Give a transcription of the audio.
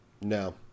No